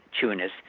Tunis